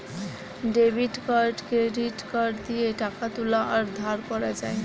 debit card credit card দিয়ে টাকা তুলা আর ধার করা যায়